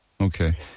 okay